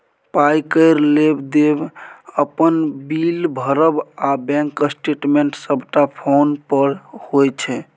पाइ केर लेब देब, अपन बिल भरब आ बैंक स्टेटमेंट सबटा फोने पर होइ छै